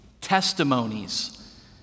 testimonies